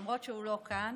למרות שהוא לא כאן,